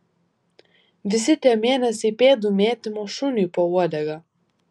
visi tie mėnesiai pėdų mėtymo šuniui po uodega